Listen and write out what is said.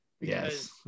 yes